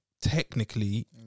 Technically